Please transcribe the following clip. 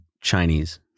Chinese